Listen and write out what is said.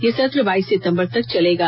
यह सत्र बाइस सितंबर तक चलेगा